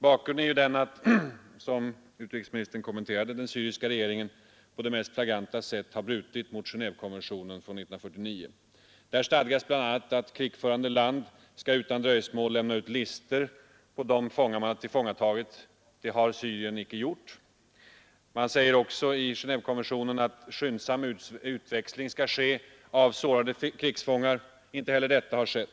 Bakgrunden är ju den att, som utrikesministern redovisade, den syriska regeringen på det mest flagranta sätt brutit mot Genévekonventionen från 1949 om behandling av krigsfångar. Där stadgas bl.a. att krigförande land utan dröjsmål skall lämna ut listor på de fångar man tagit. Detta har inte Syrien gjort. Det föreskrivs också i Genévekonventionen att skyndsam utväxling skall ske av sårade fångar — inte heller detta har skett.